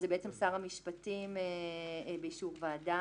אז זה בעצם שר המשפטים באישור ועדה.